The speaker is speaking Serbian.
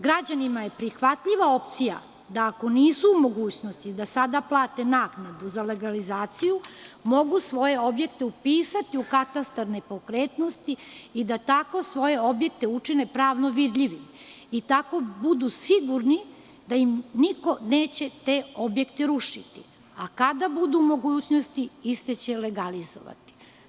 Građanima je prihvatljiva opcija da ako nisu u mogućnosti da sada plate naknadu za legalizaciju, mogu svoje objekte upisati u katastar nepokretnosti i da tako svoje objekte učine pravno vidljivim i tako budu sigurni da im niko neće te objekte rušiti, a kada budu u mogućnosti iste će legalizovati.